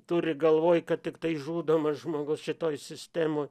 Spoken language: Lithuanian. turi galvoje kad tiktai žudomas žmogus šitoj sistemoj